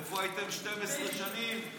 איפה הייתם 12 שנים?